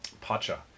Pacha